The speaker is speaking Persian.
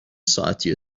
ساعتی